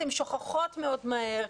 הן שוכחות מאוד מהר,